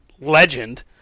legend